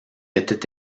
était